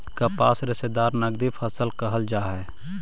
कपास रेशादार नगदी फसल कहल जा हई